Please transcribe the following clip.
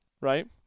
right